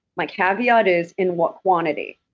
my caveat is, in what quantity?